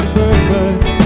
perfect